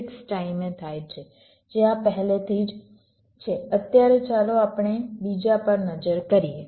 6 ટાઈમે થાય છે આ પહેલાથી જ છે અત્યારે ચાલો આપણે બીજા પર નજર કરીએ